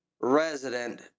resident